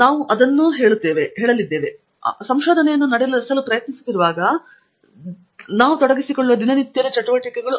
ನಾವು ಅದರ ಮೇಲೆ ಸಹ ಸ್ಪರ್ಶಿಸಲಿದ್ದೇವೆ ಏಕೆಂದರೆ ಅವು ಸಂಶೋಧನೆ ನಡೆಸಲು ಪ್ರಯತ್ನಿಸುತ್ತಿರುವಾಗ ನಾವು ತೊಡಗಿಸಿಕೊಳ್ಳುವ ದಿನದ ಚಟುವಟಿಕೆಗಳು